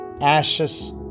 ashes